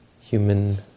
human